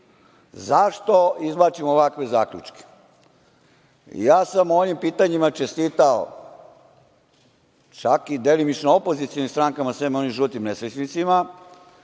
Zašto izvlačim ovakve zaključke? Ja sam ovim pitanjima čestitao čak i delimično opozicionim strankama, sem onim žutim nesrećnicima,